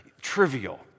Trivial